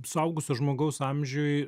suaugusio žmogaus amžiuj